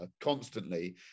constantly